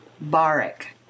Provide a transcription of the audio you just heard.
Barak